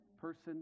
person